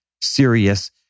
serious